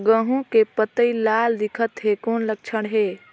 गहूं के पतई लाल दिखत हे कौन लक्षण हे?